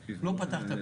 2לא, דעתי לא נוחה